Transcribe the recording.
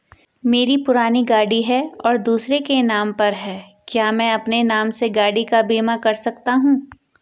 मेरी पुरानी गाड़ी है और दूसरे के नाम पर है क्या मैं अपने नाम से गाड़ी का बीमा कर सकता हूँ?